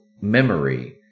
memory